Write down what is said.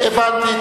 הבנתי.